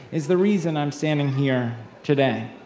is the reason i'm standing here today.